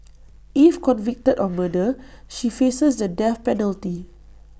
if convicted of murder she faces the death penalty